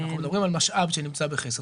אנחנו מדברים על משאב שנמצא בחסר.